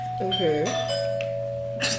Okay